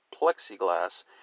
plexiglass